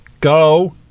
go